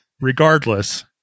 Regardless